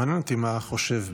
מעניין אותי מה אתה חושב באמת,